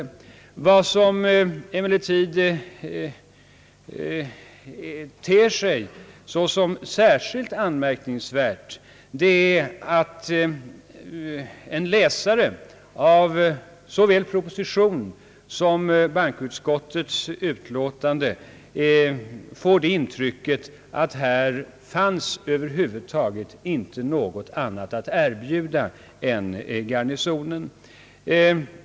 Vad som emellertid ter sig särskilt anmärkningsvärt är att en läsare av såväl propositionen som bankoutskottets utlåtande får det intrycket att här fanns över huvud taget inte något annat än Garnisonen att erbjuda.